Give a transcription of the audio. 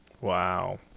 wow